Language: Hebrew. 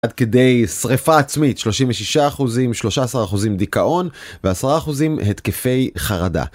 עד כדי שריפה עצמית, 36 אחוזים, 13 אחוזים דיכאון ו-10 אחוזים התקפי חרדה.